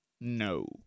No